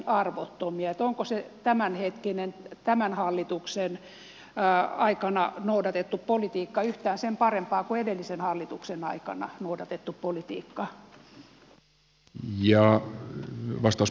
onko se tämänhetkinen tämän hallituksen aikana noudatettu politiikka yhtään sen parempaa kuin edellisen hallituksen aikana noudatettu politiikka